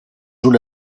una